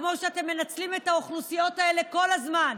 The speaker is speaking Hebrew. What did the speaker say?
כמו שאתם מנצלים את האוכלוסיות האלה כל הזמן,